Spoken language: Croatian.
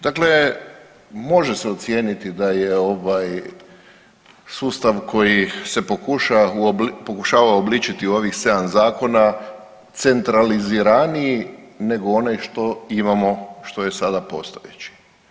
Dakle, može se ocijeniti da je ovaj sustav koji se pokušava uobličiti u ovih 7 zakona centraliziraniji nego onaj što imamo, što je sada postojeći.